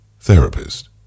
Therapist